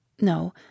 No